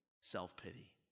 self-pity